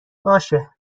باشه